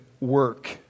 work